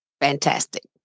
Fantastic